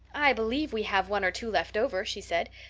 i believe we have one or two left over, she said,